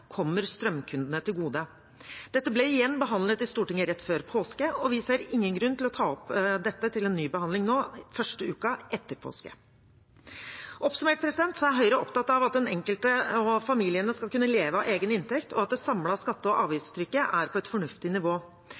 kommer strømkundene til gode. Dette ble behandlet i Stortinget rett før påske, og vi ser ingen grunn til å ta opp dette til en ny behandling nå, første uken etter påske. Oppsummert er Høyre opptatt av at den enkelte og familiene skal kunne leve av egen inntekt, og at det samlede skatte- og avgiftstrykket er på et fornuftig nivå.